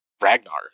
Ragnar